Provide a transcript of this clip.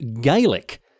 Gaelic